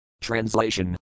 Translation